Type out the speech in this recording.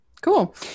cool